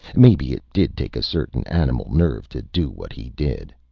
maybe it did take a certain animal nerve to do what he did.